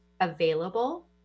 available